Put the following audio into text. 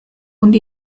und